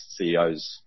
CEO's